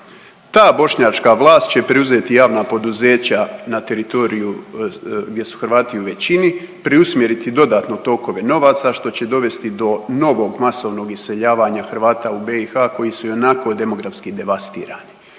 Ta bošnjačka vlast će preuzeti javna poduzeća na teritoriju gdje su Hrvati u većini, preusmjeriti dodatno tokove novaca što će dovesti do novog masovnog iseljavanja Hrvata u BiH koji su ionako demografski devastirani.